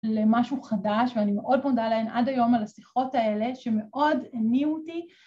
‫למשהו חדש, ואני מאוד מודה להן ‫עד היום על השיחות האלה, ‫שמאוד הניעו אותי.